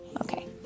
Okay